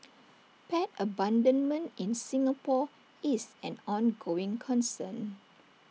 pet abandonment in Singapore is an ongoing concern